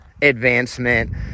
advancement